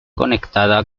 conectada